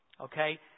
okay